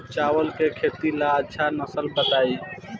चावल के खेती ला अच्छा नस्ल बताई?